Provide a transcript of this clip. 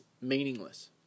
meaningless